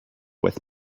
with